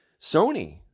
Sony